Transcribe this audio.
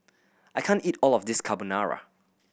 I can't eat all of this Carbonara